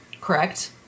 Correct